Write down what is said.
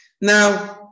Now